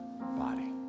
body